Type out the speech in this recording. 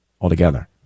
altogether